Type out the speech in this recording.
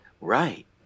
right